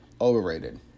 overrated